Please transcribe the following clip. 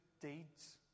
deeds